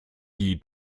die